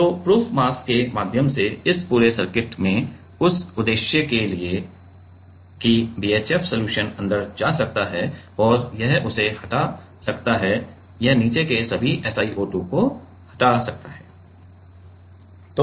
तो proof mass के माध्यम से इस पूरे सर्किट में उस उद्देश्य के लिए कि BHF सलूशन अंदर जा सकता है और यह उसे हटा सकता है यह नीचे के सभी SiO2 को हटा सकता है